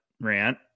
rant